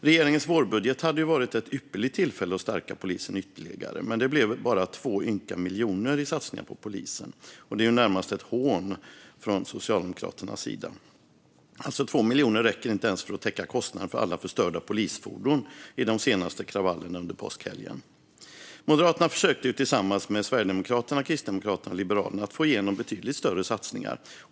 Regeringens vårbudget hade varit ett ypperligt tillfälle att stärka polisen ytterligare. Men det blev endast 2 ynka miljoner i satsningar på polisen. Det är närmast ett hån från Socialdemokraternas sida. 2 miljoner räcker inte ens för att täcka kostnaden för alla förstörda polisfordon i de senaste kravallerna under påskhelgen. Moderaterna försökte tillsammans med Sverigedemokraterna, Kristdemokraterna och Liberalerna att få igenom betydligt större satsningar.